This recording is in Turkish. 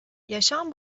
yaşam